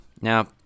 now